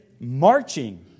marching